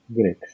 Great